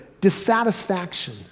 dissatisfaction